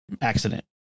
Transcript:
accident